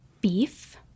Beef